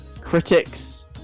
critics